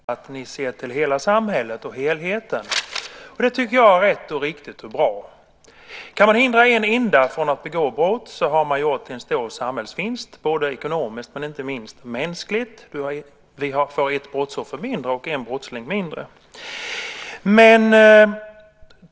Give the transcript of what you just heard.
Fru talman! Helena säger att majoriteten ser hela samhället och helheten. Det tycker jag är rätt, riktigt och bra. Kan man hindra en enda från att begå brott har man gjort en stor samhällsvinst både ekonomiskt och inte minst mänskligt. Vi har fått ett brottsoffer mindre och en brottsling mindre.